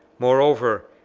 moreover,